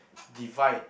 divide